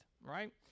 right